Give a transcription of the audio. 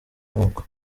moko